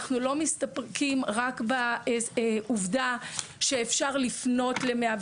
אנחנו לא מסתפקים רק בעובדה שאפשר לפנות ל-105.